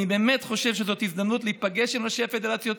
אני באמת חושב שזאת הזדמנות להיפגש עם ראשי הפדרציות.